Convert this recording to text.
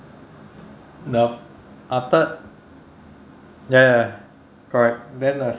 the f~ uh third ya ya ya correct then the